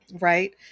right